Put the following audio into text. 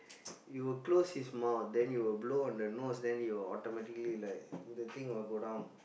it will close its mouth then you will blow on the nose then it will automatically like the thing will go down